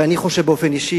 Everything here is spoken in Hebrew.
ואני חושב באופן אישי,